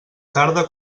tarda